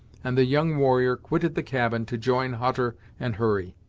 and the young warrior quitted the cabin to join hutter and hurry.